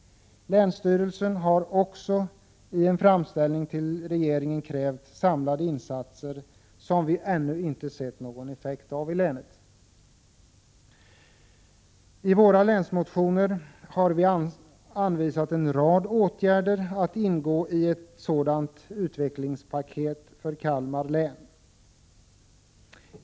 1986/87:129 sen har också i en framställning till regeringen krävt samlade insatser, som vi — 22 maj 1987 ännu inte sett någon effekt av i länet. I våra länsmotioner har vi anvisat en rad åtgärder som borde ingå i ett sådant utvecklingspaket för Kalmar län.